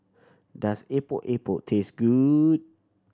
does Epok Epok taste good